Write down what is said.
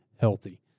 healthy